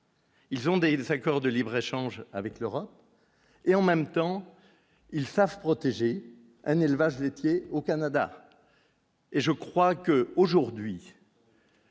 Ils ont des accords de libre échange avec l'Europe, et en même temps ils savent protéger un élevage laitier au Canada et je crois que aujourd'hui.